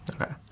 Okay